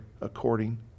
according